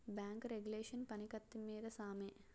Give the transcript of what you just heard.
bank regulation పని కత్తి మీద సామే